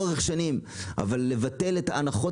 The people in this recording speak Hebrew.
יש הנחות